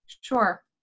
Sure